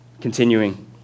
Continuing